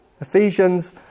Ephesians